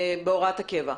בהוראת הקבע.